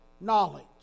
knowledge